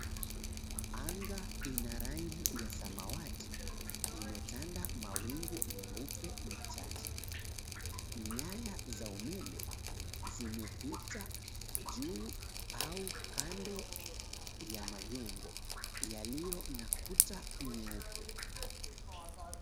Anga ina rangi ya samawati imetanda mawingu meupe machache, nyaya za umeme zimepita juu au kando ya majengo yaliyo na kuta nyeupe.